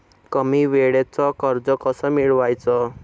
कमी वेळचं कर्ज कस मिळवाचं?